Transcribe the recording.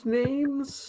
names